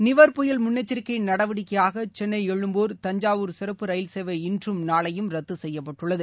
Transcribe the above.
நிவர் புயல் முன்னெச்சரிக்கை நடவடிக்கையாக சென்ளை எழும்பூர் தஞ்சாவூர் சிறப்பு ரயில சேவை இன்றும் நாளையும் ரத்து செய்யப்பட்டுள்ளது